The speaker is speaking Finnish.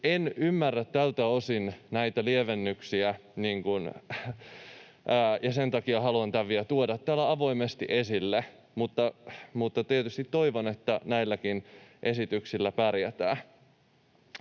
en ymmärrä tältä osin näitä lievennyksiä, ja sen takia haluan tämän vielä tuoda täällä avoimesti esille, mutta tietysti toivon, että näilläkin esityksillä pärjätään.